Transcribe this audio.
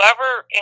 whoever